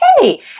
hey